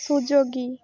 Suzuki